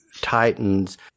Titans –